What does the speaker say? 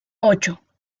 ocho